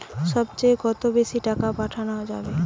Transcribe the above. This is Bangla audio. সব চেয়ে কত বেশি টাকা পাঠানো যাবে?